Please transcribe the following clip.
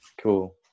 Cool